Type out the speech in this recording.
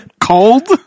Cold